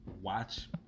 watch